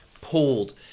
pulled